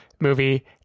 movie